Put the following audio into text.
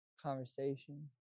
conversation